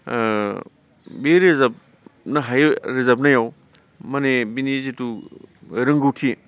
ओ बे रोजाबननो हायो रोजाबनायाव माने बिनि जिथु रोंगौथि